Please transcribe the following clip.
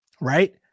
right